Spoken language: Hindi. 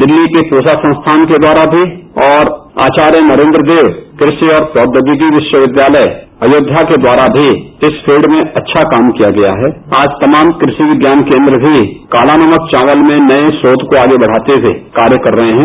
दिल्ली कोसा संस्थान के द्वारा भी और आचार्य नरेन्द्र देव कृषि और प्रौचागिकी विस्वविद्यालय अयोध्या के द्वारा भी इस फील्ड में अच्छा काम किया गया है और आज तमाम कृषि विज्ञान केन्द्र भी काला नमक चावल के क्षेत्र में नए शोष को आगे बढ़ाते हुए कार्य कर रहे हैं